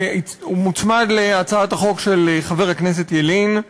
שמוצמד להצעת החוק של חבר הכנסת ילין,